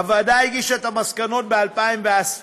הוועדה הגישה את המסקנות ב-2014,